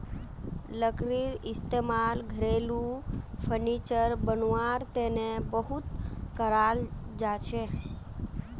लकड़ीर इस्तेमाल घरेलू फर्नीचर बनव्वार तने बहुत कराल जाछेक